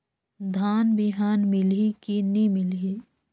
धान बिहान मिलही की नी मिलही?